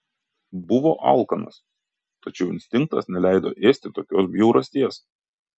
buvo alkanas tačiau instinktas neleido ėsti tokios bjaurasties